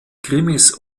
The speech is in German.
krimis